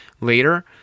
later